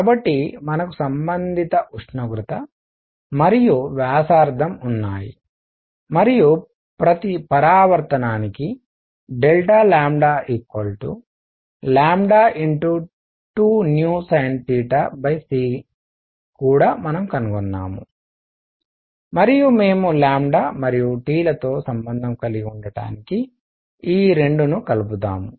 కాబట్టి మనకు సంబంధిత ఉష్ణోగ్రత మరియు వ్యాసార్థం ఉన్నాయి మరియు ప్రతి పరావర్తనానికి 2sinc కూడా మనము కనుగొన్నాము మరియు మేము మరియు T లతో సంబంధం కలిగి ఉండటానికి ఈ 2 ని కలుపుతాము